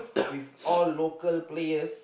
with all local players